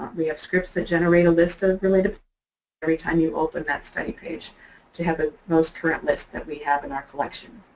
we have scripts to generate a list of related every time you open that study page to have a most current list that we have in our collection.